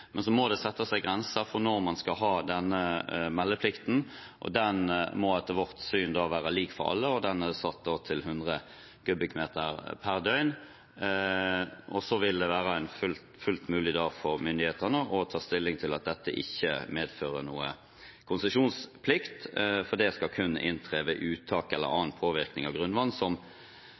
Det må settes en grense for når man skal ha den meldeplikten. Den må etter vårt syn være lik for alle og er satt til 100 m3 per døgn. Så vil det være fullt mulig for myndighetene å ta stilling til at dette ikke medfører noen konsesjonsplikt, for det skal kun inntre ved uttak eller annen påvirkning av grunnvann